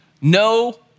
no